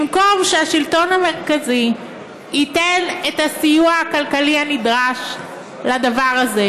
במקום שהשלטון המרכזי ייתן את הסיוע הכלכלי הנדרש לדבר הזה.